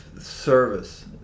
service